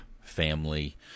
family